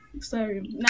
Sorry